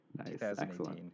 2018